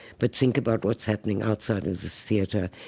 but think about what's happening outside of this theater.